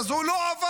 אז הוא לא עבר,